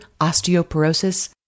osteoporosis